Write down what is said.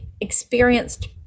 experienced